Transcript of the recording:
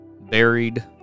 buried